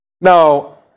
Now